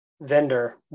vendor